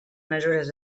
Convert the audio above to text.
mesures